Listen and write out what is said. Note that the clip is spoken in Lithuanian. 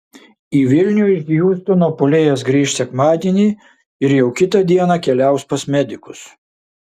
į vilnių iš hjustono puolėjas grįš sekmadienį ir jau kitą dieną keliaus pas medikus